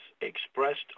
expressed